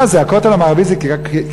מה זה, הכותל המערבי זה כיכר-המדינה?